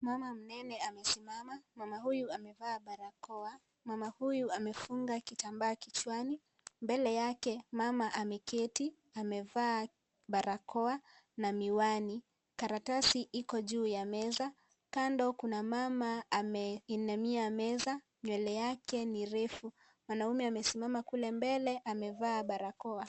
Mama mnene amesimama. Mama huyu amevaa barakoa. Mama huyu amefunga kitambaa kichwani. Mbele yake mama ameketi. Amevaa barakoa na miwani. Karatasi iko juu ya meza. Kando kuna mama ameinamia meza. Nywele yake ni ndefu. Mwanamume amesimama kule mbele amevaa barakoa.